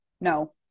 No